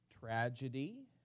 tragedy